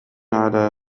على